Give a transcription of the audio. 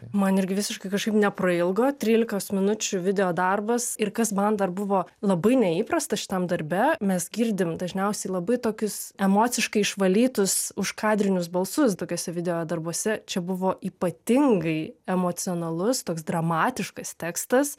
man irgi visiškai kažkaip neprailgo trylikos minučių videodarbas ir kas man dar buvo labai neįprasta šitam darbe mes girdim dažniausiai labai tokius emociškai išvalytus užkadrinius balsus tokiuose videodarbuose čia buvo ypatingai emocionalus toks dramatiškas tekstas